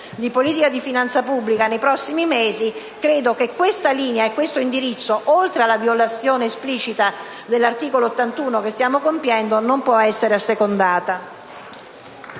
politica di finanza pubblica nei prossimi mesi, credo che questa linea e questo indirizzo, oltre alla violazione esplicita dell'articolo 81 della Costituzione che stiamo compiendo, non possa essere assecondato.